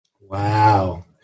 wow